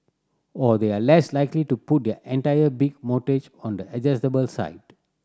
or they are less likely to put their entire big mortgage on the adjustable side